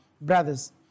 brothers